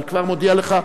אני כבר מודיע לך,